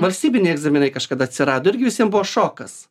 valstybiniai egzaminai kažkada atsirado irgi visiem buvo šokas